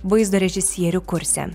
vaizdo režisierių kurse